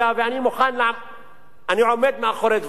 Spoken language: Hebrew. ואני עומד מאחורי דברי,